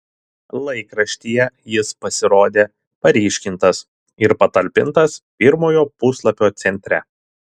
laikraštyje jis pasirodė paryškintas ir patalpintas pirmojo puslapio centre